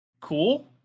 cool